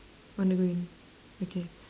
on the green okay